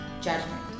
judgment